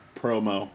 promo